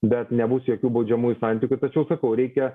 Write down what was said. bet nebus jokių baudžiamųjų santykių tačiau sakau reikia